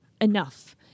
enough